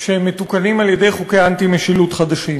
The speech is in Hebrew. שמתוקנים על-ידי חוקי אנטי-משילות חדשים.